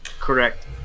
correct